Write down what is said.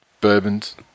Bourbons